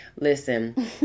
listen